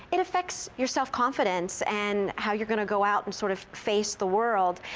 it effects your self confidence, and how you're gonna go out and sort of face the world.